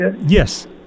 yes